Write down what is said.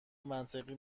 منطقی